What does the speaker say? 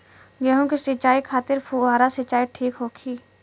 गेहूँ के सिंचाई खातिर फुहारा सिंचाई ठीक होखि?